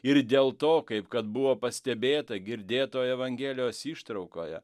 ir dėl to kaip kad buvo pastebėta girdėtoje evangelijos ištraukoje